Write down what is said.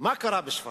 קרה בשפרעם?